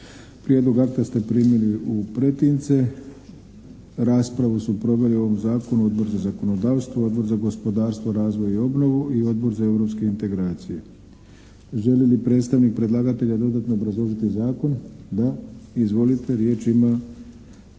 Prijedlog akta primili ste u pretince. Raspravu su proveli o ovom zakonu Odbor za zakonodavstvo, Odbor za gospodarstvo, razvoj i obnovu i Odbor za europske integracije. Želi li predstavnik predlagatelja dodatno obrazložiti zakon? Da. Izvolite, riječ ima